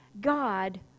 God